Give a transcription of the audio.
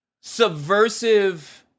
subversive